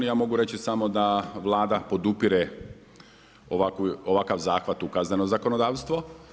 I ja mogu reći samo da Vlada podupire ovakav zahtjev u kazneno zakonodavstvo.